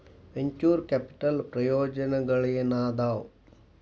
venture capital ಪ್ರಯೋಜನಗಳೇನಾದವ